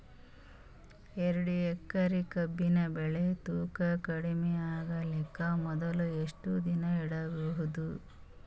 ಎರಡೇಕರಿ ಕಬ್ಬಿನ್ ಬೆಳಿ ತೂಕ ಕಡಿಮೆ ಆಗಲಿಕ ಮೊದಲು ಎಷ್ಟ ದಿನ ಇಡಬಹುದು?